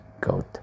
goat